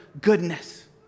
goodness